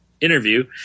interview